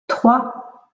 trois